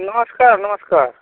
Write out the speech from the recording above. नमस्कार नमस्कार